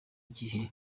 gihe